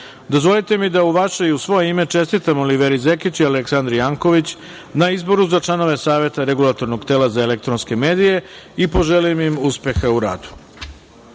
Janković. Dozvolite mi da, u vaše i u svoje ime, čestitam Oliveri Zekić i Aleksandri Janković na izboru za članove Saveta Regulatornog tela za elektronske medije i poželim im uspeha u